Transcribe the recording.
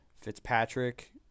Fitzpatrick